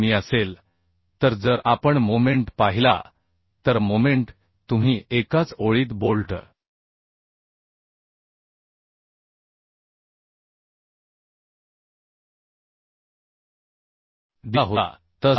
असेल तर जर आपण मोमेंट पाहिला तर मोमेंट तुम्ही एकाच ओळीत बोल्ट दिला होता तसा असेल